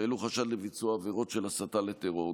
העלו חשד לביצוע עבירות של הסתה לטרור.